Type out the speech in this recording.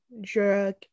drug